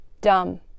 dumb